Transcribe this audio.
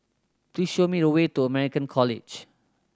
please show me the way to American College